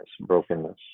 brokenness